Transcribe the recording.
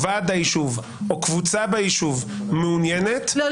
ועד היישוב או קבוצה ביישוב מעוניינת --- לא,